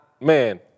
man